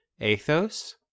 Athos